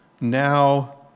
now